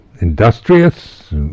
industrious